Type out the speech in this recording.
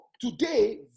today